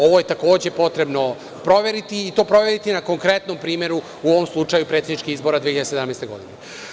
Ovo je, takođe, potrebno proveriti i to proveriti na konkretnom primeru, u ovom slučaju predsedničkih izbora 2017. godine.